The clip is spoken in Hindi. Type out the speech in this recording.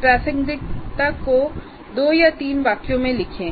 प्रासंगिकता को 2 या 3 वाक्यों में लिखें